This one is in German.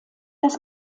das